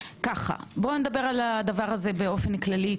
נדבר על זה באופן כללי.